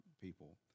people